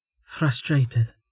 frustrated